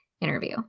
interview